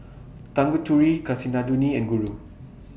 Tanguturi Kasinadhuni and Guru